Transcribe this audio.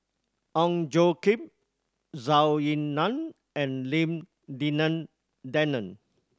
Ong Tjoe Kim Zhou Ying Nan and Lim Denan Denon